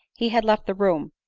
he had left the room,